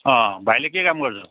अँ भाइले के काम गर्छ